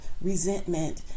resentment